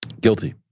Guilty